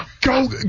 go